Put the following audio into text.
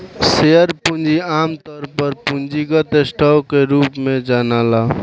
share पूंजी आमतौर पर पूंजीगत स्टॉक के रूप में जनाला